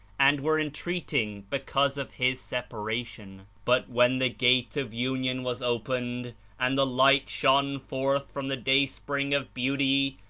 and were en treating because of his separation! but when the gate of union was opened and the light shone forth from the day-spring of beauty,